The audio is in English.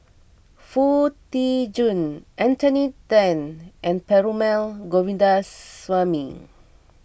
Foo Tee Jun Anthony then and Perumal Govindaswamy